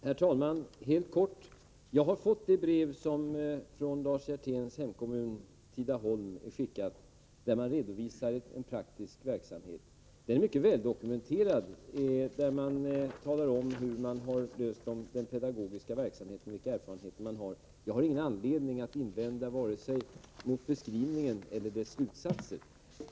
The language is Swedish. Herr talman! Helt kort: Jag har fått det brev som skickats från Lars Hjerténs hemkommun Tidaholm, där man redovisar en praktisk verksamhet. Verksamheten är mycket väl dokumenterad, och man talar om hur man löst de pedagogiska frågorna och vilka erfarenheter man har. Jag har ingen anledning att invända vare sig mot beskrivningen eller mot dess slutsatser.